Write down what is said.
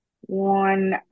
one